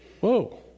Whoa